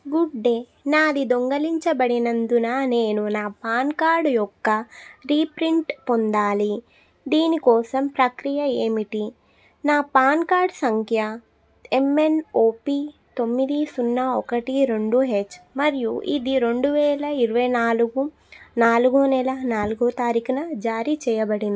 good day నాది దొంగిలించబడినందున నేను నా పాన్ కార్డ్ యొక్క రీప్రింట్ పొందాలి దీని కోసం ప్రక్రియ ఏమిటి నా పాన్ కార్డ్ సంఖ్య యంయన్ఓపి తొమ్మిది సున్నా ఒకటి రెండు హెచ్ మరియు ఇది రెండువేల ఇరవై నాలుగు నాలుగో నెల నాలుగో తారీఖున జారీ చేయబడింది